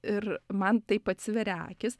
ir man taip atsivėria akys